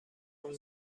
اون